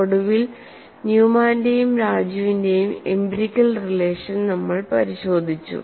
ഒടുവിൽ ന്യൂമാന്റെയും രാജുവിന്റെയും എംപിരിക്കൽ റിലേഷൻ നമ്മൾ പരിശോധിച്ചു